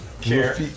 care